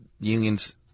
unions